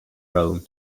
rome